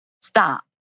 stop